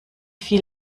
viel